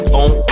on